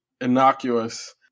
innocuous